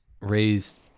raised